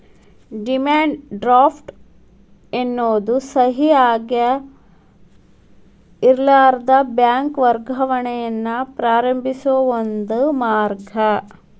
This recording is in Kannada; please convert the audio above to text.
ಡಿಮ್ಯಾಂಡ್ ಡ್ರಾಫ್ಟ್ ಎನ್ನೋದು ಸಹಿ ಅಗತ್ಯಇರ್ಲಾರದ ಬ್ಯಾಂಕ್ ವರ್ಗಾವಣೆಯನ್ನ ಪ್ರಾರಂಭಿಸೋ ಒಂದ ಮಾರ್ಗ